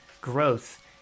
growth